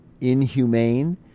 inhumane